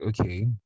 okay